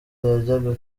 yajyaga